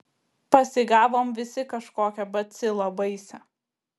pasigavom visi kažkokią bacilą baisią